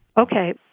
Okay